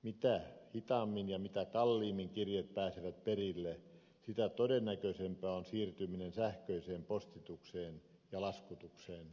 mitä hitaammin ja mitä kalliimmin kirjeet pääsevät perille sitä todennäköisempää on siirtyminen sähköiseen postitukseen ja laskutukseen